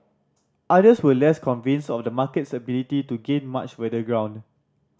others were less convinced of the market's ability to gain much weather ground